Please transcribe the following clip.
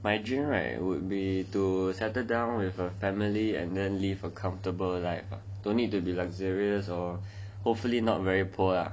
my dream right would be to settle down with a family and then live a comfortable life I don't need it to be luxurious or hopefully not very poor I just wanna be living a good life and